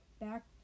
back